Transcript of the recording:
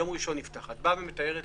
את מתארת